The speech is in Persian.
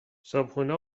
صبحونه